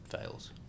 fails